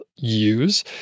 use